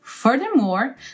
Furthermore